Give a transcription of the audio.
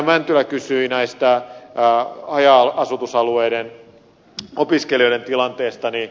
edustaja mäntylä kysyi haja asutusalueiden opiskelijoiden tilanteesta